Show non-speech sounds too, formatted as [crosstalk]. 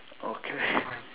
okay [breath]